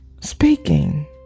speaking